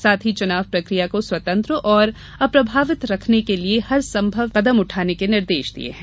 साथ ही चुनाव प्रकिया को स्वतंत्र और अप्रभावित रखने के लिए हरसंभव कदम उठाने के निर्देश दिए हैं